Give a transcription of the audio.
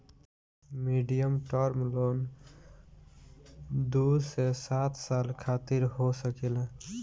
medium term loan दू से सात साल खातिर हो सकेला